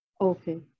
Okay